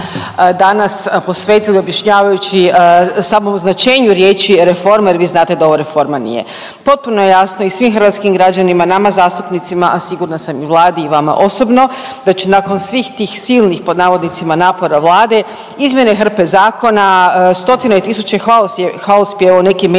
danas posvetili objašnjavajući samo značenju riječi reforma jer vi znate da ovo reforma nije. Potpuno je jasno i svim hrvatskim građanima, nama zastupnicima, a sigurna sam i Vladi i vama osobno da će nakon svih tih silnih „napora Vlade“ izmjene hrpe zakona, stotine i tisuće hvalospjeva u nekim